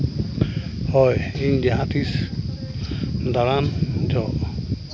ᱦᱳᱭ ᱤᱧ ᱡᱟᱦᱟᱸ ᱛᱤᱥ ᱫᱟᱬᱟᱱ ᱡᱚᱦᱚᱜ